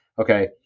Okay